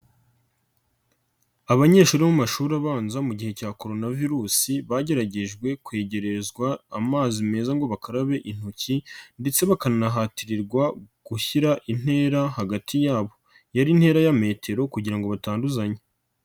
Abanyeshuri bo mu mashuri abanza mu gihe cya Corona virus, bageragejwe kwegerezwa amazi meza ngo bakarabe intoki ndetse bakanahatirirwa gushyira intera hagati yabo. Yari intera ya metero kugira ngo batanduzanya.